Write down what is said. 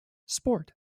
sport